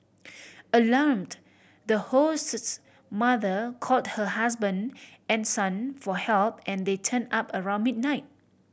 alarmed the host's mother called her husband and son for help and they turned up around midnight